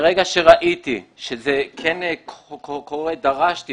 ברגע שראיתי שזה כן קורה, דרשתי